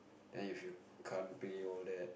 and if you can't pay all that